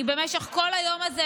אני במשך כל היום הזה,